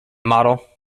model